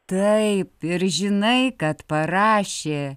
taip ir žinai kad parašė